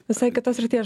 visai kitos srities